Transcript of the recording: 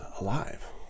alive